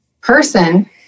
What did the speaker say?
person